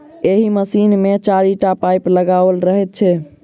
एहि मशीन मे चारिटा पाइप लगाओल रहैत छै